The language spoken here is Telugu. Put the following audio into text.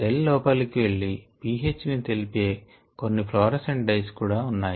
సెల్ లోపలి కి వెళ్లి pH ని తెలిపే కొన్ని ఫ్లోరోసెంట్ డైస్ ఉన్నాయి